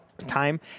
time